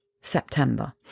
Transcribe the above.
September